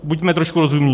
Buďme trošku rozumní.